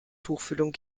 tuchfühlung